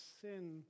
sin